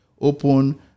open